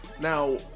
Now